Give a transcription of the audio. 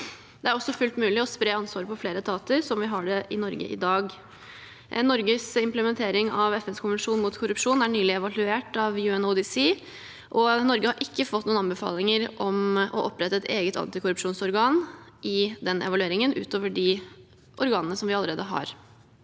loven er også fullt mulig å spre ansvaret på flere etater, slik vi har det i Norge i dag. Norges implementering av FNs konvensjon mot korrupsjon er nylig evaluert av UNODC, og Norge har i den evalueringen ikke fått noen anbefalinger om å opprette et eget antikorrupsjonsorgan utover de organene som vi allerede har.